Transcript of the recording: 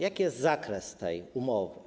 Jaki jest zakres tej umowy?